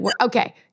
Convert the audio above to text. okay